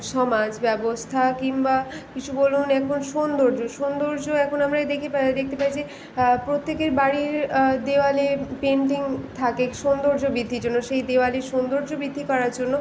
সমাজ ব্যবস্থা কিংবা কিছু বলুন এখন সৌন্দর্য সৌন্দর্য এখন আমরা দেখি পা দেখতে পাই যে প্রত্যেকের বাড়ির দেওয়ালে পেন্টিং থাকে সৌন্দর্য বৃদ্ধির জন্য সেই দেওয়ালের সৌন্দর্য বৃদ্ধি করার জন্য